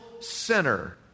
sinner